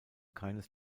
keines